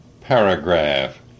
Paragraph